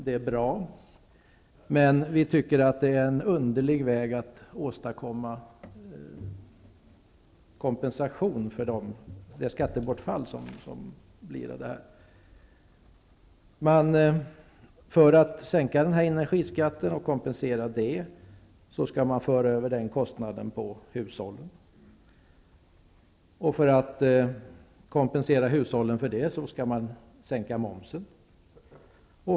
Det är bra, men vi tycker att regeringen väljer en underlig väg att gå för att åstadkomma kompensation för det skattebortfall som detta ger. För att sänka energiskatten och kompensera för det, skall man föra över den kostnaden på hushållen. För att kompensera hushållen för det, skall man sänka momsen.